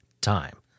time